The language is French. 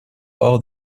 hors